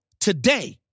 today